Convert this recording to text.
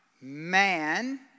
man